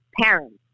parents